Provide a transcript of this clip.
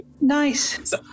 Nice